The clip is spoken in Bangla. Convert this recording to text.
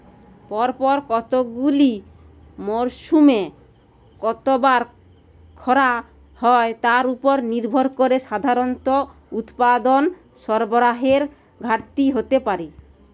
পরপর কতগুলি মরসুমে কতবার খরা হয় তার উপর নির্ভর করে সাধারণত উৎপাদন সরবরাহের ঘাটতি হতে পারে